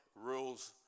rules